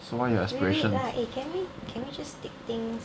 so what are your aspiration